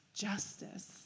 justice